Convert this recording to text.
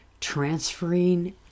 transferring